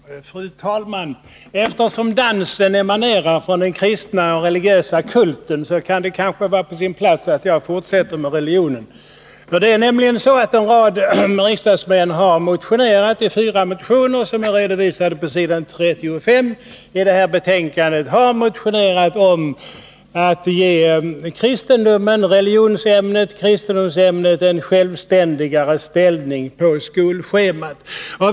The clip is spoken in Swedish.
Fru talman! Eftersom dansen emanerar från den kristna och religiösa kulten kan det kanske vara på sin plats att jag fortsätter med religionen. En rad riksdagsmän har i fyra motioner, redovisade på s. 35 i betänkandet, föreslagit att kristendomsämnet skall ges en självständigare ställning på skolschemat.